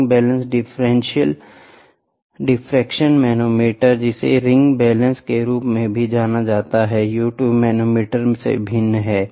ring balance differential manometer जिसे ring balance के रूप में भी जाना जाता है यू ट्यूब मैनोमीटर से भिन्न है